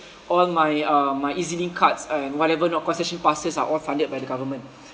all my uh my E_Z_link cards and whatever not concession passes are all funded by the government